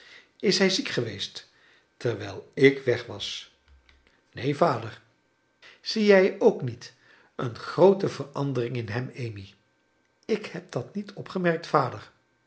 is hij ziek geweest terwijl ik weg was neen vader zie jij ook niet een groote verandering in hem amy ik heb dat niet opgemerkt vader